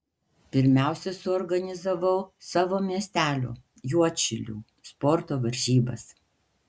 pirmiausia suorganizavau savo miestelio juodšilių sporto varžybas